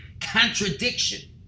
contradiction